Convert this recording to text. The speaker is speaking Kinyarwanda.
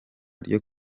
ryo